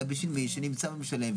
אלא מי שנמצא --- משלם,